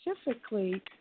specifically